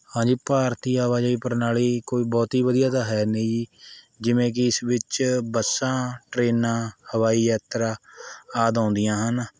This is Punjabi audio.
ਹਾਂਜੀ ਭਾਰਤੀ ਆਵਾਜਾਈ ਪ੍ਰਣਾਲੀ ਕੋਈ ਬਹੁਤੀ ਵਧੀਆ ਤਾਂ ਹੈ ਨਹੀਂ ਜੀ ਜਿਵੇਂ ਕਿ ਇਸ ਵਿੱਚ ਬੱਸਾਂ ਟਰੇਨਾਂ ਹਵਾਈ ਯਾਤਰਾ ਆਦਿ ਆਉਂਦੀਆਂ ਹਨ